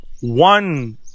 One